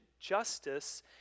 justice